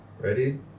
Ready